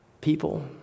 People